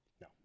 No